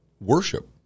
worship